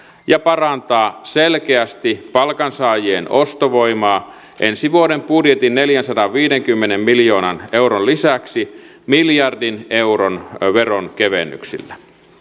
ja parantaa selkeästi palkansaajien ostovoimaa ensi vuoden budjetin neljänsadanviidenkymmenen miljoonan euron lisäksi miljardin euron veronkevennyksillä